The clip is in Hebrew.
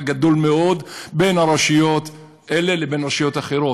גדול מאוד בין הרשויות האלה לרשויות אחרות.